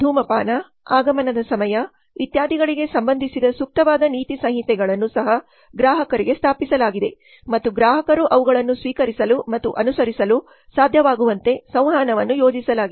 ಧೂಮಪಾನ ಆಗಮನದ ಸಮಯ ಇತ್ಯಾದಿಗಳಿಗೆ ಸಂಬಂಧಿಸಿದ ಸೂಕ್ತವಾದ ನೀತಿ ಸಂಹಿತೆಗಳನ್ನು ಸಹ ಗ್ರಾಹಕರಿಗೆ ಸ್ಥಾಪಿಸಲಾಗಿದೆ ಮತ್ತು ಗ್ರಾಹಕರು ಅವುಗಳನ್ನು ಸ್ವೀಕರಿಸಲು ಮತ್ತು ಅನುಸರಿಸಲು ಸಾಧ್ಯವಾಗುವಂತೆ ಸಂವಹನವನ್ನು ಯೋಜಿಸಲಾಗಿದೆ